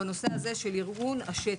בנושא הזה של ארגון השטח.